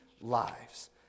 lives